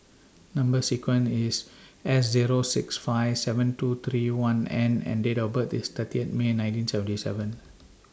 Number sequence IS S Zero six five seven two three one N and Date of birth IS thirty May nineteen seventy seven